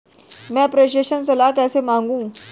मैं प्रेषण सलाह कैसे मांगूं?